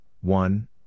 one